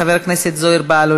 חבר הכנסת זוהיר בהלול,